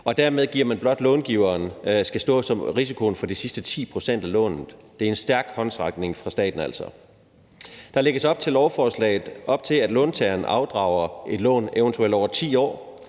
Dermed skal långiveren blot stå med risikoen for de sidste 10 pct. af lånet. Det er altså en stærk håndsrækning fra statens side. Der lægges i lovforslaget op til, at låntageren afdrager et lån over eventuelt 10 år.